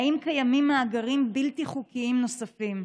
3. האם קיימים מאגרים בלתי חוקיים נוספים?